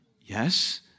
yes